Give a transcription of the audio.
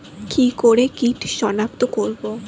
কি করে কিট শনাক্ত করব?